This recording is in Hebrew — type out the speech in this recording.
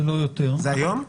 ולא יותר -- זה היום?